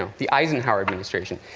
ah the eisenhower administration.